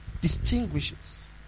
distinguishes